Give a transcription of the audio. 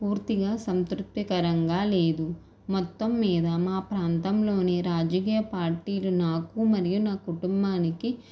పూర్తిగా సంతృప్తికరంగా లేదు మొత్తం మీద మా ప్రాంతంలోని రాజకీయ పార్టీలు నాకు మరియు నా కుటుంబానికి